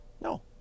No